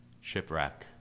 shipwreck